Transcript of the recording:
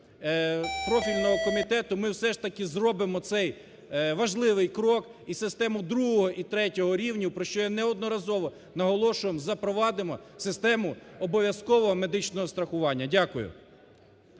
профільного комітету, ми все ж таки зробимо цей важливий крок і систему другого і третього рівнів, про що я неодноразово наголошував, запровадимо систему обов'язкового медичного страхування. Дякую.